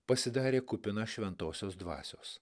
pasidarė kupina šventosios dvasios